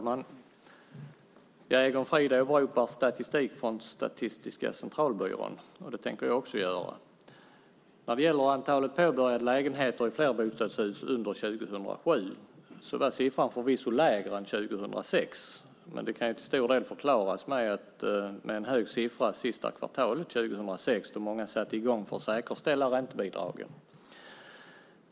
Fru talman! Egon Frid åberopar statistik från Statistiska Centralbyrån. Det tänker jag också göra. När det gäller antalet påbörjade lägenheter i flerbostadshus 2007 är siffran förvisso lägre än 2006, men det kan till stor del förklaras med en hög siffra sista kvartalet 2006, då många satte i gång för att säkerställa räntebidraget.